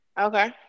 Okay